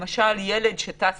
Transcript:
למשל: ילד שטס